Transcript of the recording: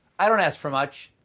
i don't ask for much.